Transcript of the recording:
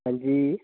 हां जी